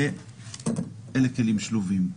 ואלה כלים שלובים.